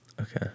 Okay